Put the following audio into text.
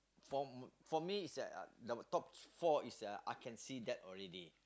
for for me is that the top four is uh I can see that already